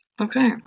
okay